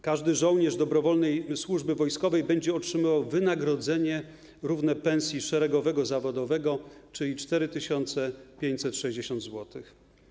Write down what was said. Każdy żołnierz dobrowolnej służby wojskowej będzie otrzymywał wynagrodzenie równe pensji szeregowego zawodowego, czyli 4560 zł.